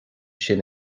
sin